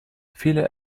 viele